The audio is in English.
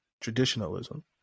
traditionalism